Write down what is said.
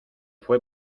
fue